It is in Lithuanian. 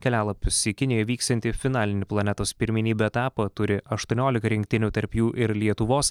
kelialapius į kinijoj vyksiantį finalinį planetos pirmenybių etapą turi aštuoniolika rinktinių tarp jų ir lietuvos